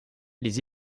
les